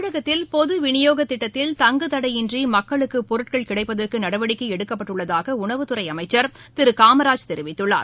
தமிழகத்தில் பொது விநியோகத் திட்டத்தில் தங்கு தடையின்றி மக்களுக்கு பொருட்கள் கிடைப்பதற்கு நடவடிக்கை எடுக்கப்பட்டுள்ளதாக உணவுத் துறை அமைச்சர் திரு தெரிவித்துள்ளார்